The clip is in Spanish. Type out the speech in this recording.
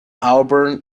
auburn